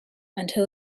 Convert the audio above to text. until